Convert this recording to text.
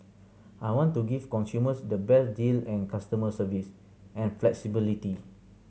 I want to give consumers the best deal and customer service and flexibility